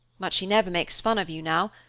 but she never makes fun of you now,